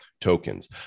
tokens